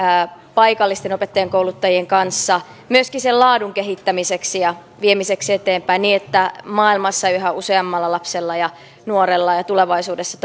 paikallisten opettajankouluttajien kanssa myöskin sen laadun kehittämiseksi ja viemiseksi eteenpäin niin että maailmassa yhä useammalla lapsella ja nuorella ja tulevaisuudessa